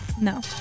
No